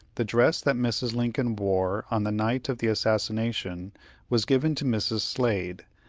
the dress that mrs. lincoln wore on the night of the assassination was given to mrs. slade,